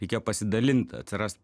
reikia pasidalint atsiras